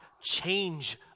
change